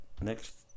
next